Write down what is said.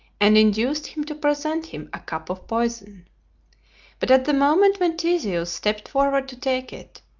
and induced him to present him a cup of poison but at the moment when theseus stepped forward to take it,